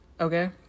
Okay